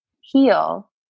heal